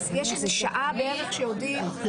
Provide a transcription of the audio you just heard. אז יש איזו שעה בערך שיודעים?